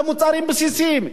למוצרים בסיסיים,